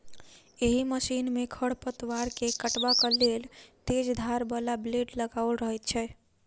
एहि मशीन मे खढ़ पतवार के काटबाक लेल तेज धार बला ब्लेड लगाओल रहैत छै